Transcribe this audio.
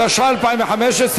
התשע"ה 2015,